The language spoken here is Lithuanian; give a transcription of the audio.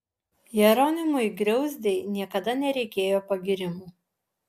jeronimui griauzdei niekada nereikėjo pagyrimų